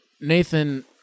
Nathan